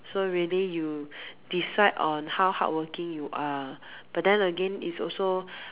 so really you decide on how hardworking you are but then again it's also